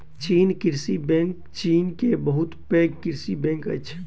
चीन कृषि bank China के बहुत पैघ कृषि बैंक अछि